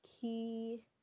key